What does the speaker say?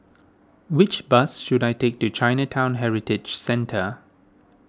which bus should I take to Chinatown Heritage Centre